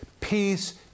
peace